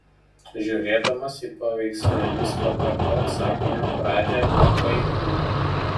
žiūrėdamas į paveikslėlius pakartok sakinio pradžią ir baik jį